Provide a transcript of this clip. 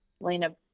Lena